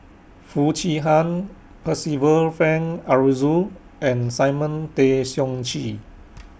Foo Chee Han Percival Frank Aroozoo and Simon Tay Seong Chee